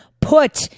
put